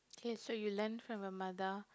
okay so you learnt from your mother